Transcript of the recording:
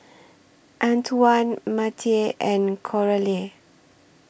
Antwan Mattye and Coralie